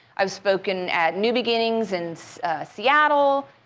i've spoken at new beginnings in so seattle,